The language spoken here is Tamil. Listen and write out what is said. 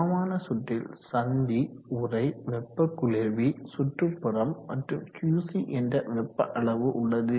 சமமான சுற்றில் சந்தி உறை வெப்ப குளிர்வி சுற்றுப்புறம் மற்றும் QC என்ற வெப்ப அளவு உள்ளது